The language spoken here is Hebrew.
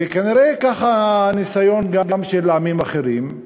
וכנראה, ככה הניסיון גם של עמים אחרים.